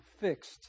fixed